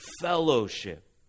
fellowship